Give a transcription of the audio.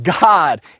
God